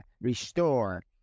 restore